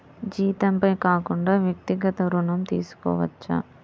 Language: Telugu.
జీతంపై కాకుండా వ్యక్తిగత ఋణం తీసుకోవచ్చా?